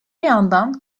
yandan